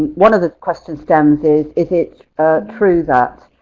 one of the question stems is is it true that,